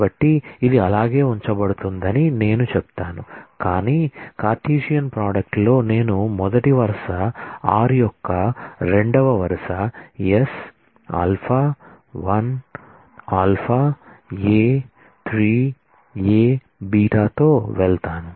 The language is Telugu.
కాబట్టి ఇది అలాగే ఉంచబడుతుందని నేను చెప్తాను కాని కార్టేసియన్ ప్రోడక్ట్ లో నేను మొదటి వరుస r యొక్క రెండవ వరుస s α 1 α a 3 a β తో వెళ్తాను